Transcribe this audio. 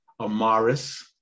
amaris